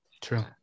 true